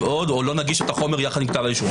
עוד או לא נגיש את החומר יחד עם כתב האישום.